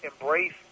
embrace